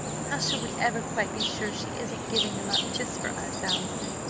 how shall we ever quite be sure she isn't giving him up just for us, allison?